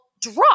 drop